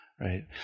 right